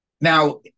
Now